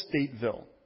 Stateville